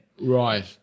right